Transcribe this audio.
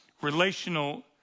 relational